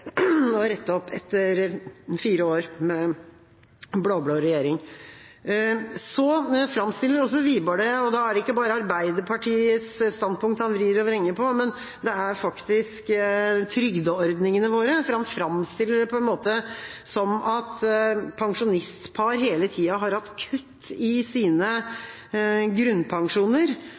rette opp etter fire år med blå-blå regjering. Når det gjelder trygdeordningene våre, er det ikke bare Arbeiderpartiets standpunkt Wiborg vrir og vrenger på, for han framstiller det på en måte som om at pensjonistpar hele tida har hatt kutt i sine grunnpensjoner.